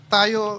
Tayo